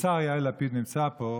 השר יאיר לפיד נמצא פה,